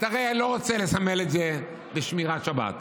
אתה הרי לא רוצה לסמל את זה בשמירת שבת,